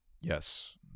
Yes